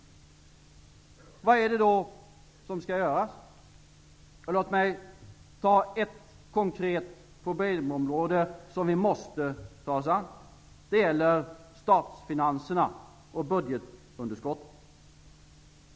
Vad är det då som skall göras? Låt mig nämna ett konkret problemområde som vi måste ta oss an. Det gäller statsfinanserna och budgetunderskottet.